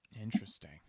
Interesting